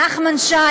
נחמן שי,